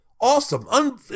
Awesome